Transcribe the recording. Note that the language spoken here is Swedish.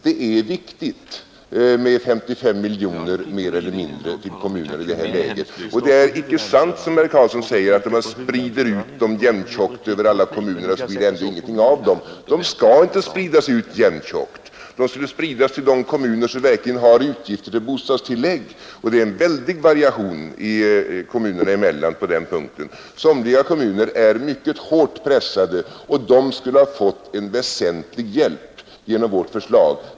Det är viktigt med 55 miljoner mer eller mindre till kommunerna i det här läget, och det är icke sant som herr Karlsson säger att om man sprider ut dem jämntjockt över alla kommuner så blir det ändå ingenting av dem. De skall inte spridas jämntjockt; de skulle spridas till de kommuner som verkligen har utgifter för bostadstillägg, och det är en väldig variation kommunerna emellan på den punkten. Somliga kommuner är mycket hårt pressade, och de skulle ha fått en väsentlig hjälp genom vårt förslag.